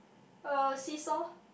uh see saw